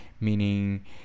meaning